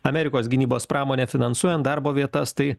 amerikos gynybos pramonei finansuojant darbo vietas tai